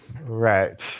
Right